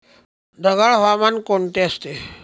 ढगाळ हवामान कोणते असते?